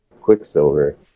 Quicksilver